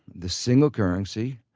the single currency,